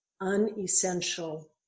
unessential